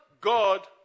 God